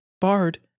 bard